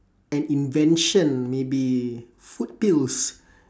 an invention maybe food pills